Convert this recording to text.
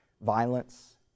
violence